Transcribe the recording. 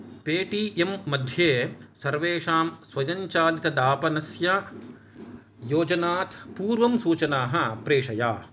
pay T M मध्ये सर्वेषां स्वयंचलितदापनस्य योजनात् पूर्वंसूचनाः प्रेषय